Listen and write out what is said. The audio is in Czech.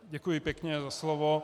Děkuji pěkně za slovo.